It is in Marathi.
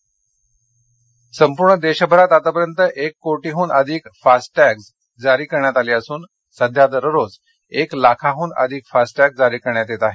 फास्टॅग्ज संपूर्ण देशभरात आतापर्यंत एक कोटीहून अधिक फास्टॅग्ज जारी करण्यात आले असून सध्या दररोजएक लाखांहून अधिक फास्टॅग जारी करण्यात येत आहेत